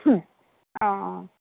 অঁ